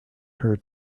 her